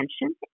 attention